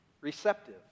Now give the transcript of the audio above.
receptive